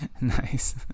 Nice